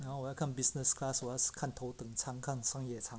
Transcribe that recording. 然后我要看 business class 我要看头顶仓看首页仓